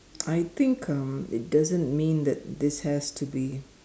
I think um it doesn't mean that this has to be